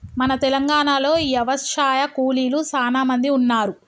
మన తెలంగాణలో యవశాయ కూలీలు సానా మంది ఉన్నారు